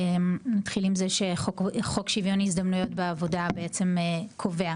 נתחיל עם זה שחוק שוויון הזדמנויות בעבודה בעצם קובע